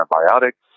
antibiotics